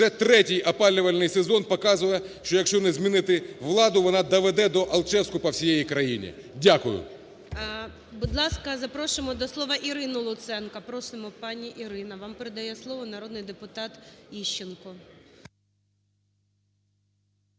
Вже третій опалювальний сезон показує, що якщо не змінити владу, вона доведе до Алчевська по всій країні. Дякую. ГОЛОВУЮЧИЙ. Будь ласка, запрошуємо до слова Ірину Луценко. Просимо, пані Ірина. Вам передає слово народний депутат Іщенко.